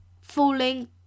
falling